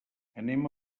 anem